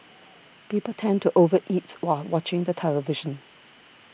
people tend to over eat while watching the television